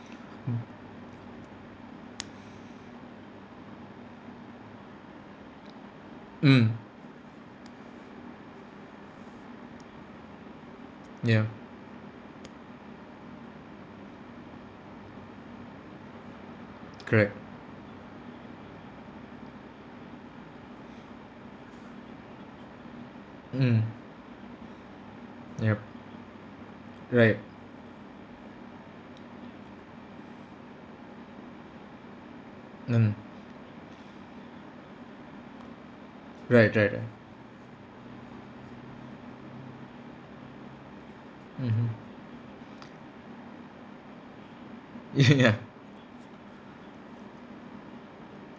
mm mm ya correct mm yup right mm right right right mmhmm y~ ya